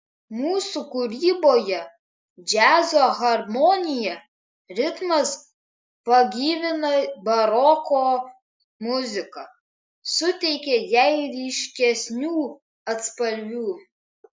mūsų kūryboje džiazo harmonija ritmas pagyvina baroko muziką suteikia jai ryškesnių atspalvių